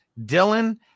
Dylan